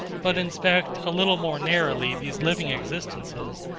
but inspect a little more narrowly these living existences,